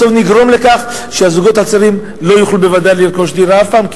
בסוף נגרום לכך שהזוגות הצעירים לא יוכלו בוודאי לרכוש דירה אף פעם,